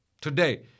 Today